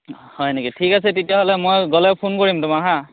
হয় নেকি ঠিক আছে তেতিয়াহ'লে মই গ'লে ফোন কৰিম তোমাক হা